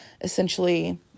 essentially